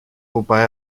wobei